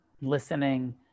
Listening